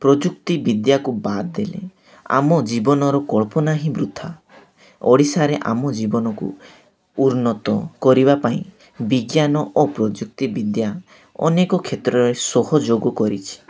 ପ୍ରଯୁକ୍ତିବିଦ୍ୟାକୁ ବାଦ୍ ଦେଲେ ଆମ ଜୀବନର କଳ୍ପନା ହିଁ ବୃଥା ଓଡ଼ିଶାରେ ଆମ ଜୀବନକୁ ଉନ୍ନତ କରିବା ପାଇଁ ବିଜ୍ଞାନ ଓ ପ୍ରଯୁକ୍ତିବିଦ୍ୟା ଅନେକ କ୍ଷେତ୍ରରେ ସହଯୋଗ କରିଛି